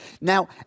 Now